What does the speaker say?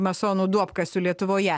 masonų duobkasiu lietuvoje